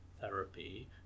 therapy